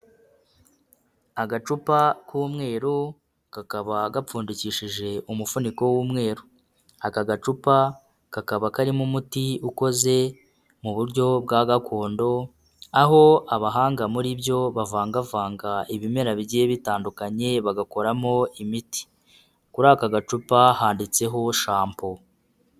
Agacupa k'umweru kakaba gapfundikishije umufuniko w'umweru. Aka gacupa kakaba karimo umuti ukoze mu buryo bwa gakondo, aho abahanga muri byo bavangavanga ibimera bigiye bitandukanye bagakoramo imiti. Kuri aka gacupa handitseho shampo.